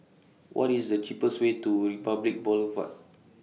What IS The cheapest Way to Republic Boulevard